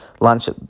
Lunch